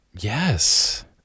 Yes